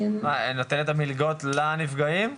נותן את המלגות לנפגעים?